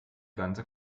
ganze